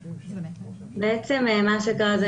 בעצם מה שקרה,